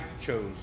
chose